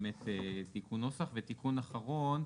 אז זה באמת תיקון נוסח ותיקון אחרון,